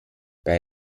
bei